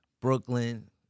brooklyn